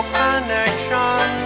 connection